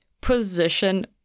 position